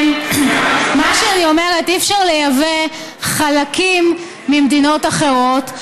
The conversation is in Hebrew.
אני אומרת שאי-אפשר לייבא חלקים ממדינות אחרות,